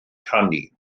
canu